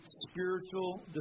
spiritual